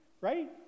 right